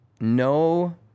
No